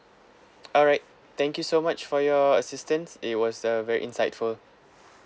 alright thank you so much for your assistance it was a very insightful